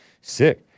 Sick